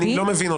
אני לא מבין.